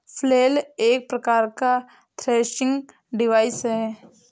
flail एक प्रकार का थ्रेसिंग डिवाइस है